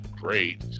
great